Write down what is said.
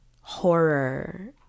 horror